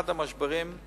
אחד המשברים הגדולים